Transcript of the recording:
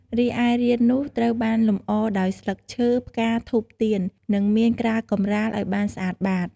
រីឯរាននោះត្រូវបានលម្អដោយ ស្លឹកឈើ ផ្កា ធូប ទៀន និងមានក្រាលកម្រាលឲ្យបានស្អាតបាត។